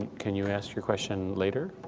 can you ask your question later,